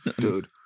Dude